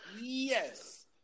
Yes